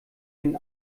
den